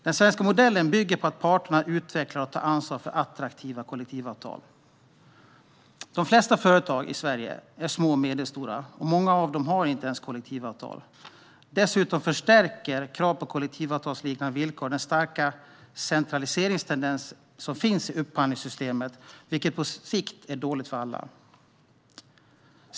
Den svenska modellen bygger på att parterna utvecklar och tar ansvar för attraktiva kollektivavtal. De flesta företag i Sverige är små och medelstora, och många av dem har inte ens kollektivavtal. Dessutom förstärker krav på kollektivavtalslikande villkor den starka centraliseringstendens som finns i upphandlingssystemet, vilket på sikt är dåligt för alla.